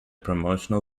promotional